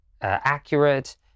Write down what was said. accurate